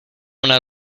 una